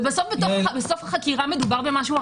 ובסוף החקירה נבין שמדובר במשהו אחר.